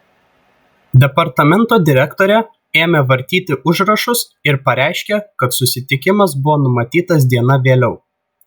departamento direktorė ėmė vartyti užrašus ir pareiškė kad susitikimas buvo numatytas diena vėliau